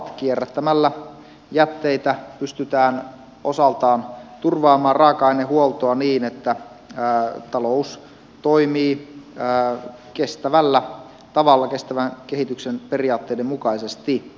kierrättämällä jätteitä pystytään osaltaan turvaamaan raaka ainehuoltoa niin että talous toimii kestävällä tavalla kestävän kehityksen periaatteiden mukaisesti